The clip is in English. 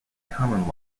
common